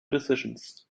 decisions